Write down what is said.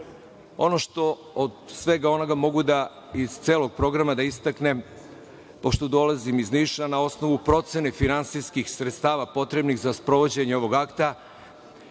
što mogu da od celog programa da istaknem, pošto dolazim iz Niša, na osnovu procene finansijskih sredstava, potrebne za sprovođenje ovog akta,